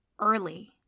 early